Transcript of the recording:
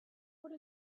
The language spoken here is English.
what